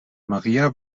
maria